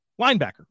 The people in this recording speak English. linebacker